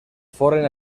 foren